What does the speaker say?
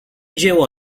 dzieło